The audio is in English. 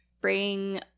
bring